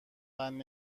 بند